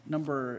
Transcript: Number